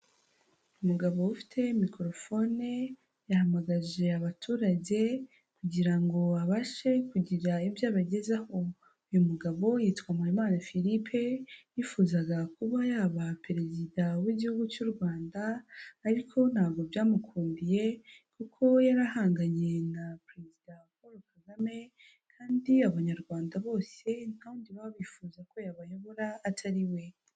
Umugabo ufite mikorofone yahamagaje abaturage kugira ngo babashe kugira ibyo abagezaho, uyu mugabo yitwa Mpayimana Filipe yifuzaga kuba yaba perezida w'igihugu cy'u rwanda ariko ntabwo byamukundiye kuko yarahanganye na perezida Polo Kagame, kandi abanyarwanda bose nta wundi baba bifuza ko yabayobora atari we.